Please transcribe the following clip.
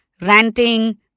ranting